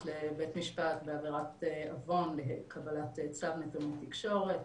לבית משפט בעבירת עוון לקבלת צו נתוני תקשורת,